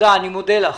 מודה לך.